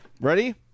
Ready